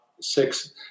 six